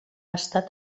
estat